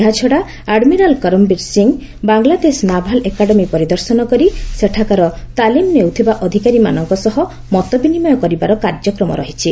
ଏହାଛଡା admiral Karambir Singh Bangladesh naval academy ପରିଦର୍ଶନ କରି ସେଠାକାର ତାଲିମ ନେଉଥିବା ଅଧିକାରୀ ମାନଙ୍କ ସହ ମତବିନିମୟ କରିବାର କାର୍ଯ୍ୟକ୍ରମ ରହିଛି